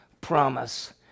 promise